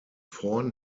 vorn